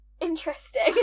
Interesting